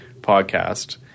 podcast